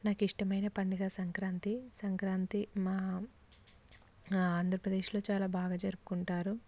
నాకు ఇష్టమైన పండుగ సంక్రాంతి సంక్రాంతి మా ఆంధ్రప్రదేశ్లో చాలా బాగా జరుపుకుంటారు